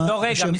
שבועיים,